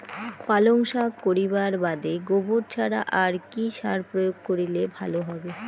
পালং শাক করিবার বাদে গোবর ছাড়া আর কি সার প্রয়োগ করিলে ভালো হবে?